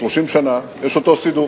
30 שנה יש אותו סידור,